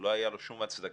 שלא היה לו שום הצדקה,